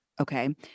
Okay